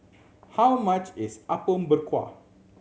how much is Apom Berkuah